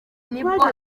nibwo